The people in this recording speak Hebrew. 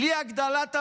בלי הגדלת המאגר,